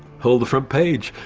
hold the front page!